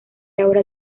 ahora